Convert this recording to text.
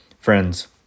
Friends